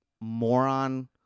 moron